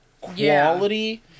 quality